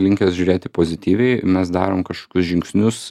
linkęs žiūrėti pozityviai mes darom kažkokius žingsnius